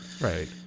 Right